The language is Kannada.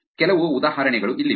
ಕೆಲವು ಉದಾಹರಣೆಗಳು ಇಲ್ಲಿವೆ